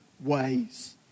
ways